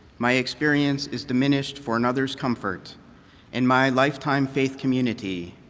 my experience is diminished for another's comfort and my lifetime faith community,